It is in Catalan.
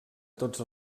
tots